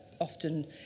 often